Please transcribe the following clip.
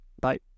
bye